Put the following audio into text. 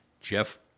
Jeff